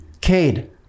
Cade